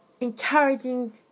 encouraging